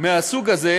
מהסוג הזה